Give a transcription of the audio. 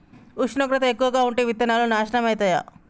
ఉష్ణోగ్రత ఎక్కువగా ఉంటే విత్తనాలు నాశనం ఐతయా?